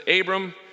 Abram